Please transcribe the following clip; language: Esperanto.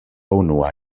unua